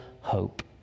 hope